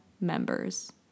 members